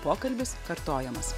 pokalbis kartojamas